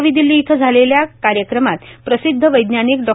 नवी दिल्ली इथं झालेल्या कार्यक्रमात प्रसिद्ध वैज्ञानिक डॉ